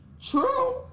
true